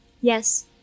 Yes